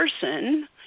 person